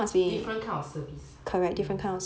different kind of service